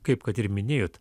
kaip kad ir minėjot